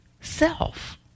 self